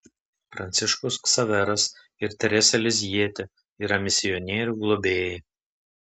pranciškus ksaveras ir terese lizjiete yra misionierių globėjai